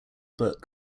but